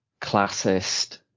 classist